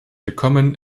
willkommen